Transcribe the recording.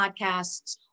podcasts